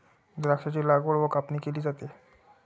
द्राक्षांची लागवड व कापणी केली जाते